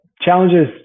challenges